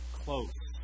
close